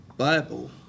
Bible